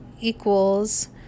equals